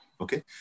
Okay